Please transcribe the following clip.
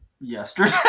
yesterday